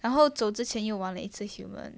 然后走之前又玩了一次 human